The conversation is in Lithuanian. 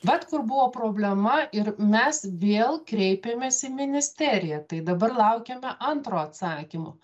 vat kur buvo problema ir mes vėl kreipėmės į ministeriją tai dabar laukiame antro atsakymo